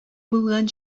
булган